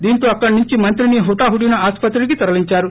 దీంతో అక్కడ నుంచి మంత్రి ని హుటాహుటిన ఆస్పత్రికి తరలించారు